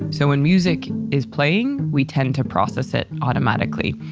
so when music is playing, we tend to process it automatically.